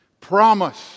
promise